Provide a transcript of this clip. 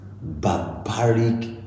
barbaric